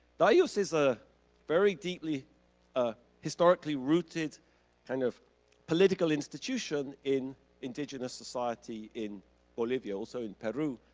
the ayllus is a very deeply ah historically rooted kind of political institution in indigenous society in bolivia, also in peru,